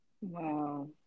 wow